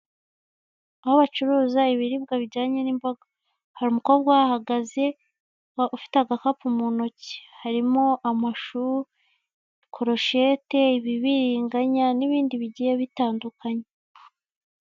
Aho bacuruza ibiribwa bijyanye n'imboga hari umukobwa uhahagazi ufite agakapu mu ntoki harimo amashu, koroshete, ibibiringanya n'ibindi bigiye bitandukanye.